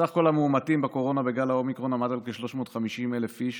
סך כל המאומתים בקורונה בגל האומיקרון עמד על כ-350,000 איש,